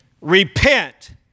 repent